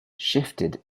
shifted